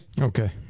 Okay